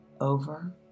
over